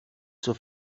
zur